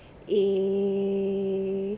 eh